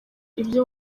ibyo